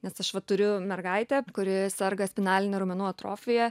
nes aš va turiu mergaitę kuri serga spinaline raumenų atrofija